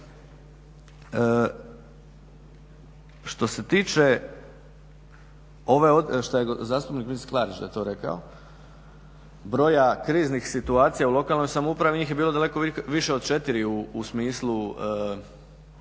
Što se tiče što je zastupnik, mislim Klarić da je to rekao, broja kriznih situacija u lokalnoj samoupravi, njih je bilo daleko više od 4 u smislu, u mandatu